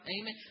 Amen